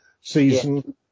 season